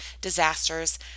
disasters